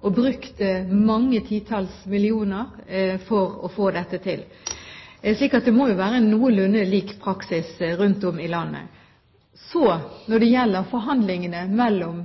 og brukt mange titalls millioner for å få dette til. Det må jo være en noenlunde lik praksis rundt om i landet. Når det gjelder forhandlingene mellom